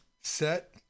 set